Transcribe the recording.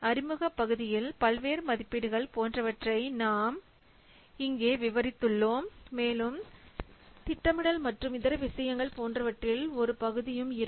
அறிமுகப் பகுதியில் பல்வேறு மதிப்பீடுகள் போன்றவற்றை நாம் இங்கே விவரித்துள்ளோம் மேலும் திட்டமிடல் மற்றும் இதர விஷயங்கள் போன்றவற்றில் ஒரு பகுதியும் இருக்கும்